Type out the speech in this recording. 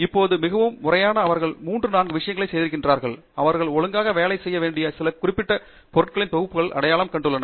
இப்போது மிகவும் முறையாக அவர்கள் மூன்று மூன்று நான்கு விஷயங்களை செய்திருக்கிறார்கள் அவர்கள் ஒழுங்காக வேலை செய்ய வேண்டிய சில குறிப்பிட்ட பொருட்களின் தொகுப்புகளை அடையாளம் கண்டுள்ளனர்